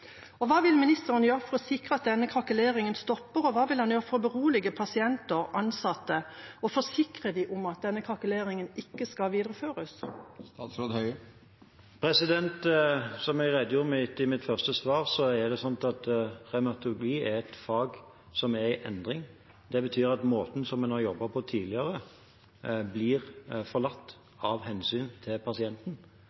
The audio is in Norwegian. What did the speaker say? Hva vil ministeren gjøre for å sikre at denne krakeleringen stopper, og hva vil han gjøre for å berolige pasienter og ansatte og forsikre dem om at denne krakeleringen ikke skal videreføres? Som jeg redegjorde for i mitt første svar, er det slik at revmatologi er et fag som er i endring. Det betyr at måten som en har jobbet på tidligere, blir forlatt